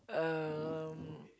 um